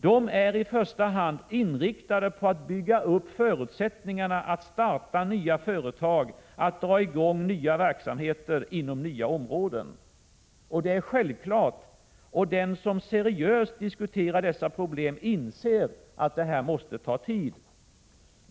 De är i första hand inriktade på att bygga upp förutsättningarna för att starta nya företag och dra i gång verksamheter inom nya områden. Det är självklart, och den som seriöst diskuterar dessa problem inser att detta måste ta tid.